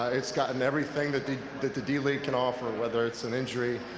it's gotten everything that the that the d-league can offer, whether it's an injury,